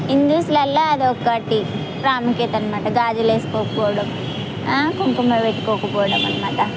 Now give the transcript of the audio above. హిందూస్లలో అది ఒకటి ప్రాముఖ్యత అన్నమాట గాజులు వేసుకోకపోవడం ఆ కుంకుమ పెట్టుకోకపోవడం అన్నమాట